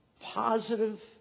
positive